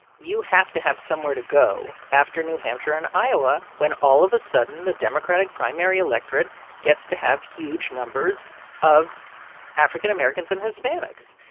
you have to have somewhere to go after new hampshire and iowa when, all of a sudden, the democratic primary electorate gets to have huge numbers of african americans and hispanics.